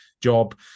job